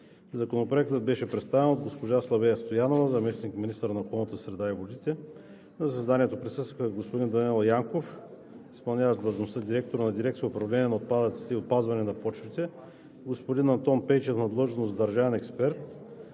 Законопроектът беше представен от госпожа Славея Стоянова – заместник-министър на околната среда и водите. На заседанието присъстваха господин Даниел Янков – изпълняващ длъжността директор на дирекция „Управление на отпадъците и опазване на почвите“, господин Антон Пейчев на длъжност държавен експерт,